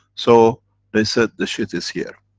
so they said the shit is here.